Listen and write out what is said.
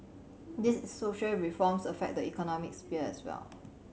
these social reforms affect the economic sphere as well